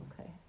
Okay